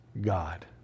god